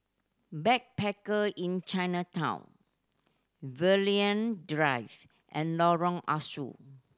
Backpacker Inn Chinatown Drive and Lorong Ah Soo